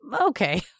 okay